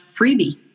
freebie